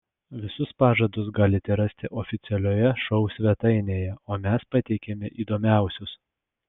visus pažadus galite rasti oficialioje šou svetainėje o mes pateikiame įdomiausius